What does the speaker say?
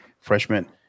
freshman